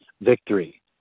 victory